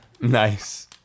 Nice